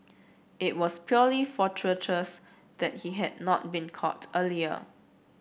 it was purely fortuitous that he had not been caught earlier